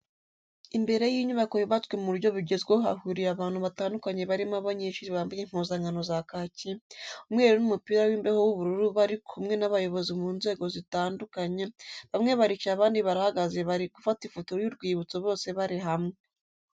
Imbere y'inyubako yubatswe mu buryo bugezweho hahuriye abantu batandukanye barimo abanyeshuri bambaye impuzankano za kaki, umweru n'umupira w'imbeho w'ubururu bari kumwe n'abayobozi bo mu nzego zzitandukanye bamwe baricaye abandi barahagaze bari gufata ifoto y'urwibutso bose bari hamwe.